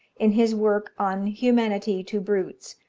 in his work on humanity to brutes,